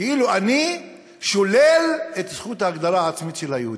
כאילו אני שולל את זכות ההגדרה העצמית של היהודים.